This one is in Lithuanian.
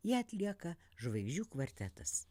ją atlieka žvaigždžių kvartetas